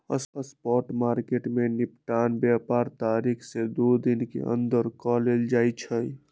spot market में निपटान व्यापार तारीख से दू दिन के अंदर कऽ लेल जाइ छइ